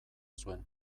zuen